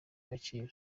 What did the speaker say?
kacyiru